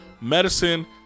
Medicine